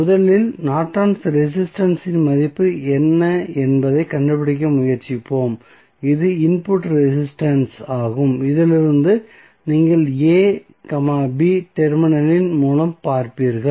முதலில் Norton's resistance இன் மதிப்பு என்ன என்பதைக் கண்டுபிடிக்க முயற்சிப்போம் இது இன்புட் ரெசிஸ்டன்ஸ் ஆகும் இதிலிருந்து நீங்கள் a b டெர்மினலின் மூலம் பார்ப்பீர்கள்